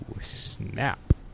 snap